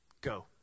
Go